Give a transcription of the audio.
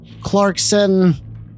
Clarkson